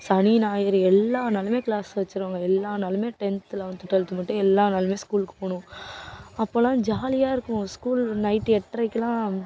சனி ஞாயிறு எல்லா நாளும் கிளாஸ் வச்சிடுவாங்க எல்லா நாளும் டென்த்து லெவன்த்து டுவெல்த்து மட்டும் எல்லா நாளும் ஸ்கூலுக்கு போகணும் அப்போல்லாம் ஜாலியாக இருக்கும் ஸ்கூல் நைட் எட்ரைக்கெல்லாம்